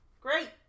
Great